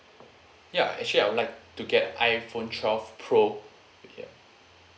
ya actually I would like to get iphone twelve pro yup